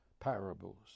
parables